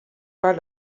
pas